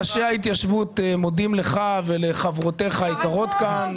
ראשי ההתיישבות מודים לך ולחברותיך היקרות כאן.